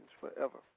forever